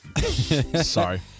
Sorry